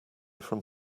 from